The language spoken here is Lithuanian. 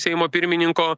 seimo pirmininko